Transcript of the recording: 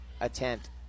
attempt